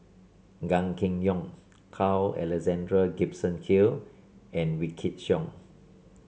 Gan Kim Yong Carl Alexander Gibson Hill and Wykidd Song